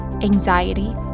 anxiety